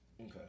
Okay